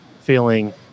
feeling